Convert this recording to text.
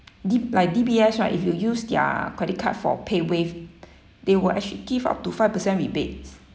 d like D_B_S right if you use their credit card for payWave they will actually give up to five percent rebates